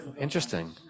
interesting